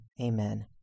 Amen